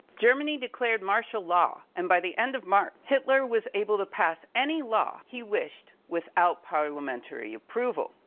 germany declared martial law. and by the end of march, hitler was able to pass any law he wished without parliamentary approval.